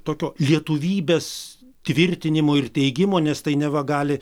tokio lietuvybės tvirtinimo ir teigimo nes tai neva gali